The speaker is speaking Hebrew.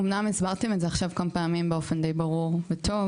אמנם הסברתם את זה עכשיו כמה פעמים באופן די ברור וטוב,